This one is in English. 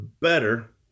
better